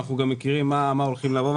ואנחנו מכירים גם מה הולך לבוא.